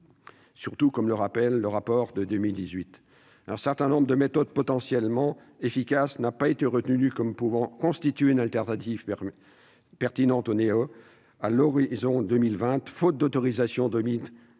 Surtout, comme l'indique le rapport, un certain nombre de méthodes potentiellement efficaces n'ont pas été retenues comme pouvant constituer une alternative pertinente aux néonicotinoïdes à l'horizon de 2020, faute d'autorisation de mise